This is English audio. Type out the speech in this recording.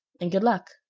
and good luck.